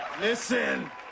Listen